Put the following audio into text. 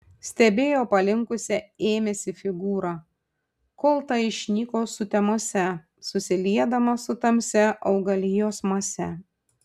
stebėjo palinkusią ėmėsi figūrą kol ta išnyko sutemose susiliedama su tamsia augalijos mase